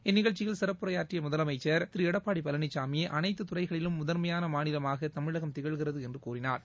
இந்நிகழ்ச்சியில் சிறப்புரையாற்றிய முதலனமச்சர் திரு எடப்பாடி பழனிசாமி அனைத்துத்துறைகளிலும் முதன்மயான மாநிலமாக தமிழகம் திகழ்கிறது என்று கூறினார்